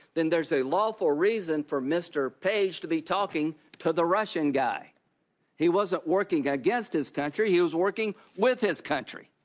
then there is a lawful reason for mr. page to be talking to the russian guy he wasn't working against his country, he was working with his country,